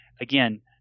Again